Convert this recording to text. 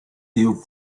you